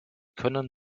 können